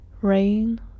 rain